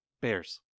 bears